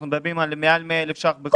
אנחנו מדברים על מעל 100,000 שקלים.